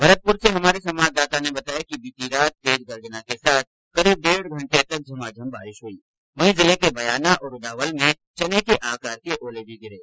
भरतपुर से हमारे संवाददाता ने बताया कि बीती रात तेज गर्जना के साथ करीब डेढ घंटे तक झमाझम बारिश हुई वहीं जिले के बयाना और रूदावल में चने के आकार के ओले भी गिरे